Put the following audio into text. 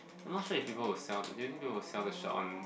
I'm not sure if people will sell do you think people will sell the shirt on